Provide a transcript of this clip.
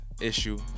issue